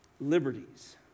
liberties